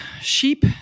sheep